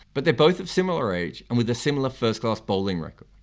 but they're both of similar age and with a similar first class bowling record.